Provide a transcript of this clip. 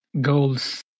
goals